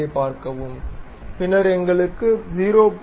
பின்னர் எங்களுக்கு 0